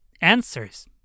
Answers